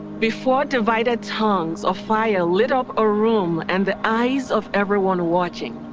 before divided tongues of fire lit up a room and the eyes of everyone watching.